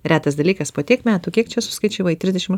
retas dalykas po tiek metų kiek čia suskaičiavai trisdešim